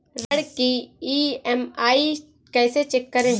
ऋण की ई.एम.आई कैसे चेक करें?